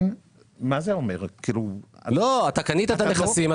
אתה קנית את הנכסים,